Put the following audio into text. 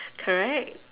correct